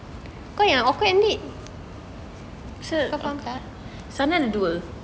pasal sana ada dua